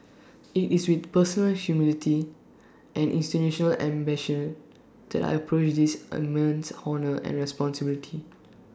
IT is with personal humility and institutional ambition that I approach this immense honour and responsibility